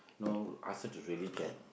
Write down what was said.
no ask her to really can